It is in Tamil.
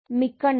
மிக்க நன்றி